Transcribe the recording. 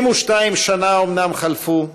72 שנה אומנם חלפו,